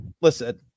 listen